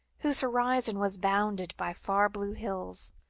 whose horizon was bounded by far blue hills,